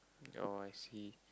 oh I see